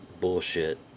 bullshit